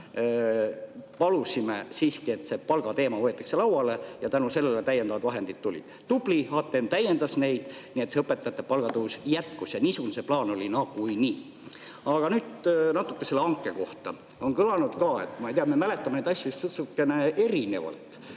palusime siiski, et see palgateema võetaks lauale, ja tänu sellele täiendavad vahendid tulid. Tubli, HTM täiendas neid, nii et õpetajate palga tõus jätkus. Ja niisugune see plaan oli nagunii. Aga nüüd natuke sellest hankest. On kõlanud ka ... Ma ei tea, me mäletame neid asju sutsukene erinevalt.